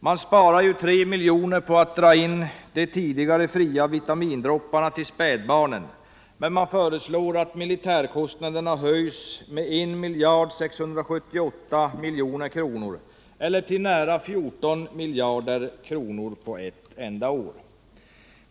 Man sparar 3 milj.kr. på att dra in de tidigare fria vitamindropparna till spädbarnen, men man föreslår att militärkostnaderna höjs med 1 678 milj.kr. till nära 14 miljarder kronor på ett enda år.